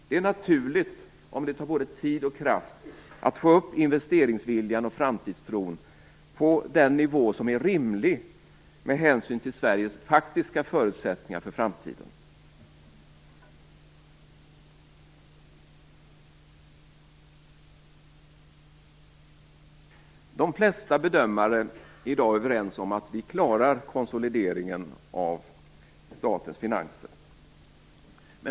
Det är naturligt att det tar tid och kraft att få upp investeringsviljan och framtidstron på en nivå som är rimlig med hänsyn till Sveriges faktiska förutsättningar för framtiden. De flesta bedömare är i dag överens om att vi klarar konsolideringen av statens finanser.